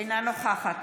אינה נוכחת